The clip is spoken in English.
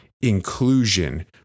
inclusion